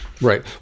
Right